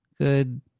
Good